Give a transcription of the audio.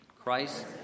Christ